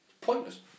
Pointless